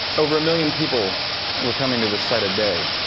over a million people were coming to this site a day.